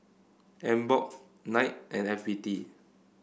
Emborg Knight and F B T